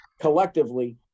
collectively